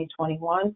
2021